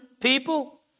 people